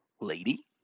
lady